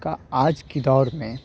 آج کی دور میں